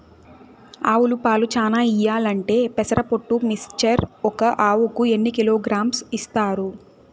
ఆవులు పాలు చానా ఇయ్యాలంటే పెసర పొట్టు మిక్చర్ ఒక ఆవుకు ఎన్ని కిలోగ్రామ్స్ ఇస్తారు?